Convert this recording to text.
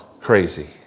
crazy